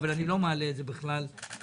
אבל אני לא מעלה את זה בכלל לדיון.